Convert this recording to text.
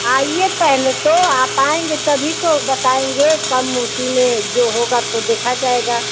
आइए पहले तो आप आएंगे तभी तो बतलाएंगे कम उसी में जो होगा तो देखा जाएगा